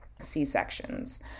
C-sections